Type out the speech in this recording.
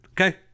Okay